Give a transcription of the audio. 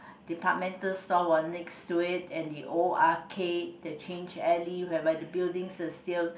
departmental store were next to it and the old arcade that change alley whereby the building is still